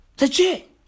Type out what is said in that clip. Legit